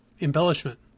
embellishment